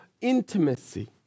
intimacy